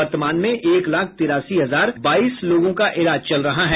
वर्तमान में एक लाख तिरासी हजार बाईस लोगों का इलाज चल रहा है